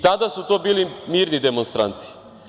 Tada su to bili mirni demonstranti.